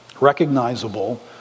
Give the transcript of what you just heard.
recognizable